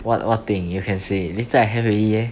what what thing you can say later I have leh